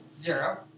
Zero